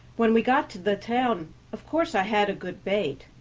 when we got to the town of course i had a good bait,